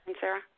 sarah